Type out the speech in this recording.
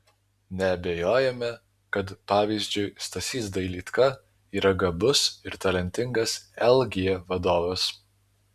neabejojame kad pavyzdžiui stasys dailydka yra gabus ir talentingas lg vadovas